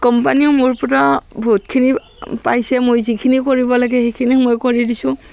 কোম্পানীও মোৰ পৰা বহুতখিনি পাইছে মই যিখিনি কৰিব লাগে সেইখিনি মই কৰি দিছোঁ